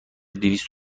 دویست